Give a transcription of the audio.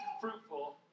fruitful